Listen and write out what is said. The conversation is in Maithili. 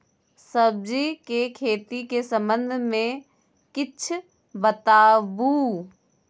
सब्जी के खेती के संबंध मे किछ बताबू?